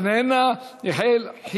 אינה נוכחת,